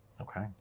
okay